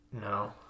No